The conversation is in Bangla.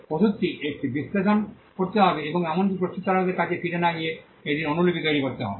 ওষুধটি এটি বিশ্লেষণ করতে এবং এমনকি প্রস্তুতকারকের কাছে ফিরে না গিয়ে এটির অনুলিপি তৈরি করতে হবে